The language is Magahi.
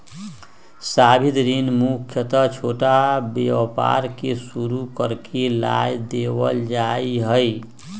सावधि ऋण मुख्यत छोटा व्यापार के शुरू करे ला देवल जा हई